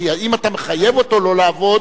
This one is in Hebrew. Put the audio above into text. כי אם אתה מחייב אותו לא לעבוד,